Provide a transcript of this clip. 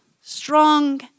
strong